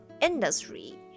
Industry